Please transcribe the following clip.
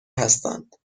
هستند